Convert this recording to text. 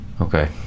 Okay